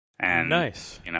Nice